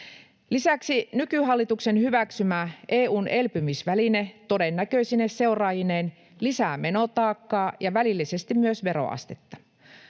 Lisäksi nykyhallituksen hyväksymä EU:n elpymisväline todennäköisine seuraajineen lisää menotaakkaa ja välillisesti myös veroastetta.